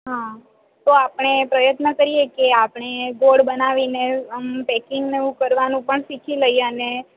હાં તો આપણે પ્રયત્ન કરીએ કે આપણે ગોળ બનાવીને આમ પેકિંગનું કરવાનું પણ શીખી લઈએ અને